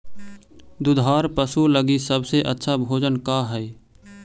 दुधार पशु लगीं सबसे अच्छा भोजन का हई?